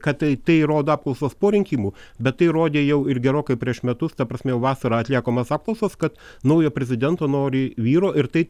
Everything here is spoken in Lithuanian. kad tai tai rodo apklausos po rinkimų bet tai rodė jau ir gerokai prieš metus ta prasme jau vasarą atliekamos apklausos kad naujo prezidento nori vyro ir tai